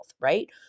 right